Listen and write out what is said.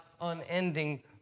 unending